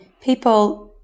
people